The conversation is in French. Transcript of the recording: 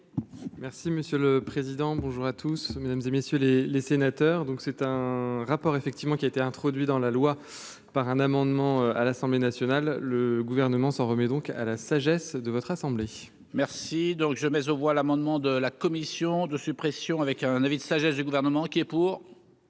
Merci monsieur le Président, bonjour à tous, mesdames et messieurs les les sénateurs donc cette. Rapport effectivement qui a été introduit dans la loi, par un amendement à l'Assemblée nationale, le gouvernement s'en remet donc à la sagesse de votre assemblée. Merci donc je mais aux voix l'amendement de la commission de suppression avec un avis de sagesse du gouvernement qui est pour.